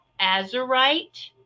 Azurite